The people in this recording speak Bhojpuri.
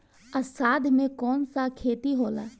अषाढ़ मे कौन सा खेती होला?